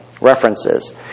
references